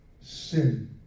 sin